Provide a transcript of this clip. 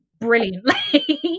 brilliantly